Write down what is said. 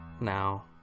Now